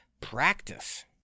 practice